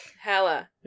Hella